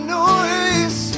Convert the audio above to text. noise